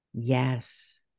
Yes